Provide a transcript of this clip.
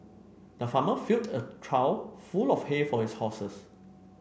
the farmer filled a trough full of hay for his horses